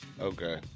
Okay